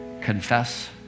Confess